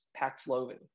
Paxlovid